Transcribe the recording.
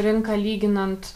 rinka lyginant